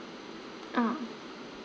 ah